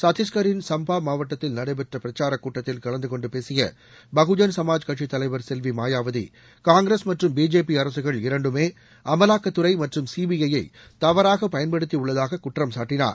சத்தீஷ்கரின் சம்ப்பா மாவட்டத்தில் நடைபெற்ற பிரச்சாரக் கூட்டத்தில் கலந்து கொண்டு பேசிய பகுஜன் சமாஜ் கட்சித்தலைவர் செல்வி மாயாவதி காங்கிரஸ் மற்றும் பிஜேபி அரசுகள் இரண்டுமே அமலாக்கத்துறை மற்றும் சிபிஐ தவறாக பயன்படுத்தியுள்ளதாக குற்றம்சாட்டினார்